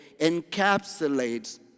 encapsulates